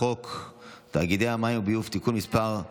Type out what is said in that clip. חוק תאגידי מים וביוב (תיקון מס' 14)